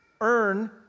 earn